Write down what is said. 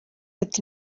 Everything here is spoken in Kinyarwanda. ati